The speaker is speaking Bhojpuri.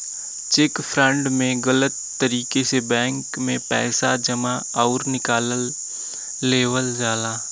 चेक फ्रॉड में गलत तरीके से बैंक में पैसा जमा आउर निकाल लेवल जाला